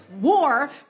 war